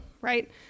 right